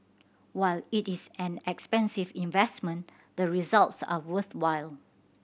while it is an expensive investment the results are worthwhile